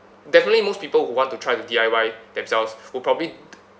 definitely most people who want to try to D_I_Y themselves will probably